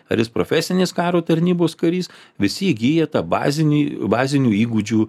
ar jis profesinės karo tarnybos karys visi įgyja tą bazinį bazinių įgūdžių